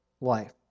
life